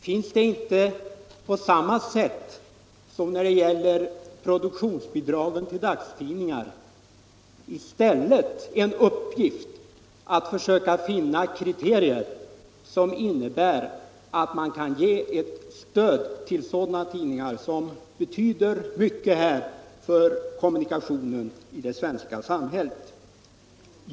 Är det inte, på samma sätt som när det gäller produktionsbidrag till dagstidningar, i stället en uppgift att försöka finna kriterier som innebär att man kan ge ett stöd till sådana publikationer som betyder mycket för kommunikationen i det svenska samhället?